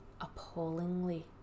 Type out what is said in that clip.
appallingly